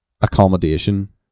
accommodation